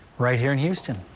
right here in houston.